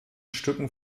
stücken